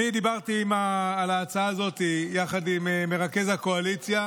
דיברתי על ההצעה הזאת עם מרכז הקואליציה